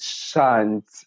shan't